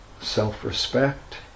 self-respect